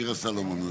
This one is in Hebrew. מירה סלומון,